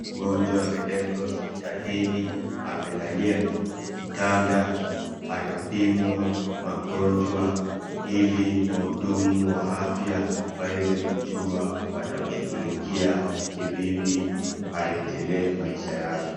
Mgonjwa ameletwa hospitalini amelalia kitanda. Anapimwa magonjwa ili wahudumu wa afya waweze kujua watamshughulikia kivipi arejelee maisha yake.